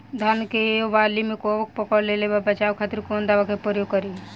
धान के वाली में कवक पकड़ लेले बा बचाव खातिर कोवन दावा के प्रयोग करी?